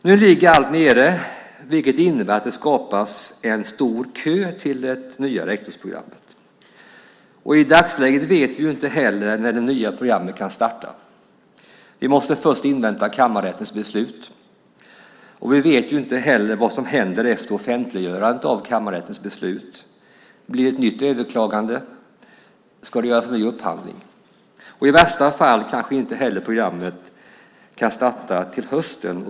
Nu ligger alltihop detta nere, vilket innebär att en lång kö till det nya rektorsprogrammet skapas. I dagsläget vet vi inte när det nya programmet kan starta. Först måste vi invänta kammarrättens beslut. Inte heller vet vi vad som händer efter offentliggörandet av kammarrättens beslut. Blir det ett nytt överklagande? Ska en ny upphandling göras? I värsta fall kan programmet kanske inte starta till hösten.